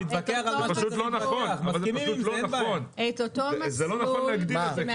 זה פשוט לא נכון להגדיר את זה כך.